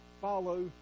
follow